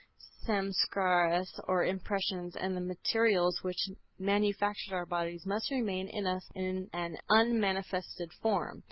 samskaras or impressions and the materials which manufactured our bodies must remain in us in an unmanifested form.